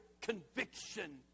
conviction